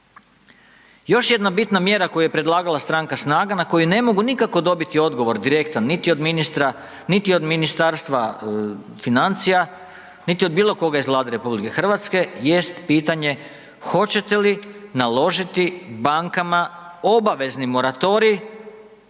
Još jedna bitna mjera koju je predlagala stranka SNAGA na koju ne mogu nikako dobiti direktan odgovor niti od ministra niti od Ministarstva financija, niti od bilo koga iz Vlade RH jest pitanje, hoćete li naložiti bankama obavezni moratorij